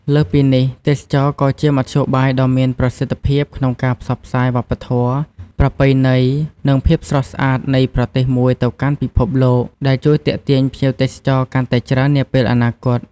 លើសពីនេះ ទេសចរណ៍ក៏ជាមធ្យោបាយដ៏មានប្រសិទ្ធភាពក្នុងការផ្សព្វផ្សាយវប្បធម៌ ប្រពៃណី និងភាពស្រស់ស្អាតនៃប្រទេសមួយទៅកាន់ពិភពលោក ដែលជួយទាក់ទាញភ្ញៀវទេសចរកាន់តែច្រើននាពេលអនាគត។